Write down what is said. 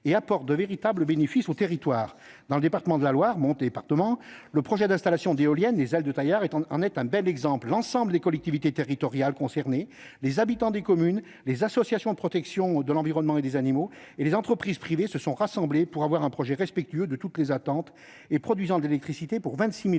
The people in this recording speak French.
et apportent de véritables bénéfices aux territoires. Dans mon département de la Loire, le projet d'installation d'éoliennes « Les Ailes de Taillard » en est un bel exemple. L'ensemble des collectivités territoriales concernées, les habitants des communes, les associations de protection de l'environnement et des animaux ainsi que les entreprises privées se sont rassemblés pour élaborer un projet respectueux de toutes les attentes et produisant de l'électricité pour 26 000